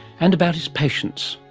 and about his patients,